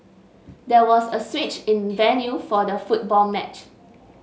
there was a switch in venue for the football match